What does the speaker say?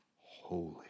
holy